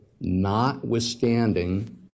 notwithstanding